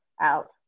out